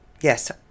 Yes